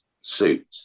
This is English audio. suit